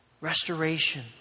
restoration